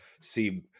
see